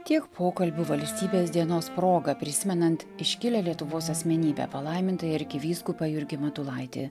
tiek pokalbių valstybės dienos proga prisimenant iškilią lietuvos asmenybę palaimintąjį arkivyskupą jurgį matulaitį